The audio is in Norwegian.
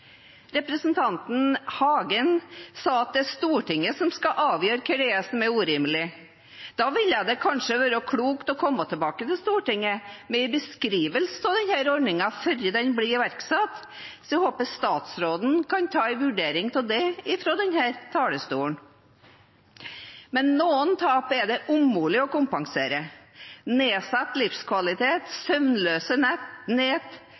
Representanten Hagen sa at det er Stortinget som skal avgjøre hva som er urimelig. Da vil det kanskje være klokt å komme tilbake til Stortinget med en beskrivelse av denne ordningen før den blir iverksatt. Jeg håper statsråden kan ta en vurdering av det fra denne talerstolen. Noen tap er det umulig å kompensere. Nedsatt livskvalitet,